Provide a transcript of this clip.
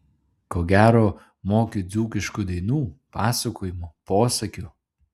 ko gero moki dzūkiškų dainų pasakojimų posakių